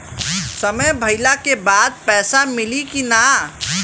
समय भइला के बाद पैसा मिली कि ना?